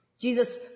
Jesus